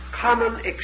common